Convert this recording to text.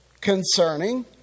concerning